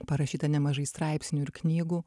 parašyta nemažai straipsnių ir knygų